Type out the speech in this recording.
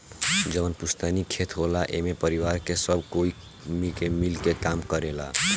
जवन पुस्तैनी खेत होला एमे परिवार के सब कोई मिल के काम करेला